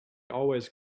always